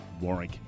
Warwick